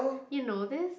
you know this